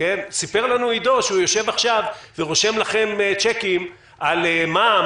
סיפר לנו עידו שהוא יושב עכשיו ורושם לכם צ'קים על מע"מ